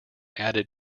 added